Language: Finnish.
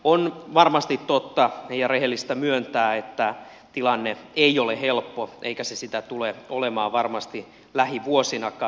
on varmasti totta ja rehellistä myöntää että tilanne ei ole helppo eikä se sitä tule olemaan varmasti lähivuosinakaan